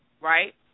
Right